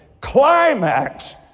climax